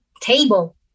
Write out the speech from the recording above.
table